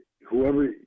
whoever –